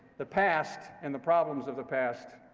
the past, and the problems of the past,